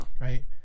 right